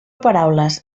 paraules